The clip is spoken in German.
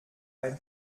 ein